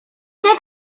did